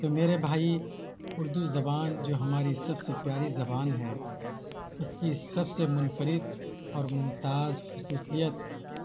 تو میرے بھائی اردو زبان جو ہماری سب سے پیاری زبان ہے اس کی سب سے منفرد اور ممتاز خصوصیت